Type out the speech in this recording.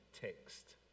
text